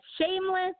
shameless